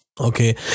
Okay